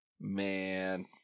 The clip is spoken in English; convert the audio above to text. Man